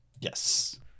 Yes